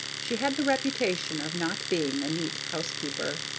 she had the reputation of not being a neat housekeeper,